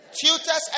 Tutors